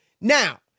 Now